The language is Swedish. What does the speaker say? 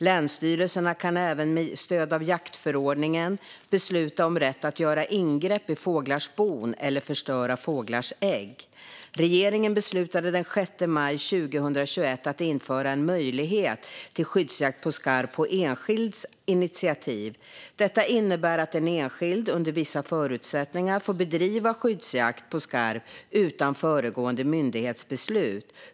Länsstyrelserna kan även med stöd av jaktförordningen besluta om rätt att göra ingrepp i fåglars bon eller förstöra fåglars ägg. Regeringen beslutade den 6 maj 2021 att införa en möjlighet till skyddsjakt på skarv på enskilds initiativ. Detta innebär att en enskild under vissa förutsättningar får bedriva skyddsjakt på skarv utan föregående myndighetsbeslut.